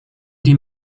die